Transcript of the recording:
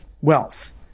wealth